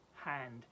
hand